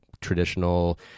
traditional